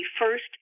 first